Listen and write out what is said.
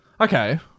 Okay